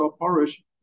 Parish